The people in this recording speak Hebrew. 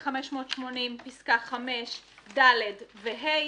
580(5)(ד) ו-(ה)